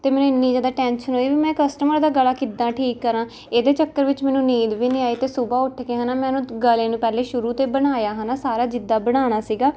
ਅਤੇ ਮੈਨੂੰ ਇੰਨੀ ਜ਼ਿਆਦਾ ਟੈਂਸ਼ਨ ਹੋਈ ਵੀ ਮੈਂ ਕਸਟਮਰ ਦਾ ਗਲਾ ਕਿੱਦਾਂ ਠੀਕ ਕਰਾਂ ਇਹਦੇ ਚੱਕਰ ਵਿੱਚ ਮੈਨੂੰ ਨੀਂਦ ਵੀ ਨਹੀਂ ਆਈ ਅਤੇ ਸੁਬਹ ਉੱਠ ਕੇ ਹੈ ਨਾ ਮੈਂ ਉਹਨੂੰ ਗਲੇ ਨੂੰ ਪਹਿਲੇ ਸ਼ੁਰੂ ਤੋਂ ਬਣਾਇਆ ਹੈ ਨਾ ਸਾਰਾ ਜਿੱਦਾਂ ਬਣਾਉਣਾ ਸੀਗਾ